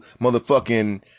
motherfucking